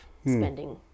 spending